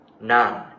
None